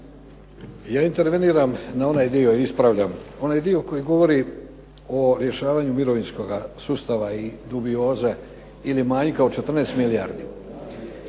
Ja interveniram na onaj dio, ispravljam onaj dio koji govori o rješavanju mirovinskoga sustava i dubioze ili manjka od 14 milijardi.